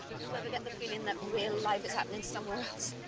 you ever get the feeling that real life is happening somewhere else,